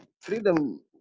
Freedom